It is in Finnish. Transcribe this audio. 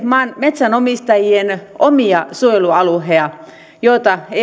metsänomistajien omia suojelualueita joita ei ole